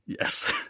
Yes